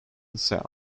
south